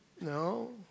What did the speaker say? No